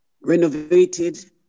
renovated